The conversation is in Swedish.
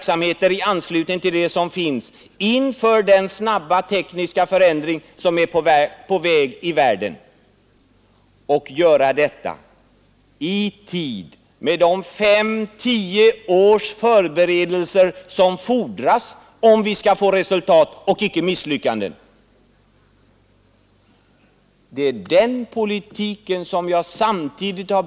Det viktiga är att vi, inför den snabba tekniska förändring som är på väg i världen, bygger upp nya verksamheter i anslutning till det som finns, och att vi gör detta i tid, med de 5—10 års förberedelser som fordras om vi skall få resultat och icke misslyckas. Det är en sådan politik jag har talat för.